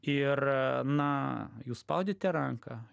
ir na jūs spaudėte ranką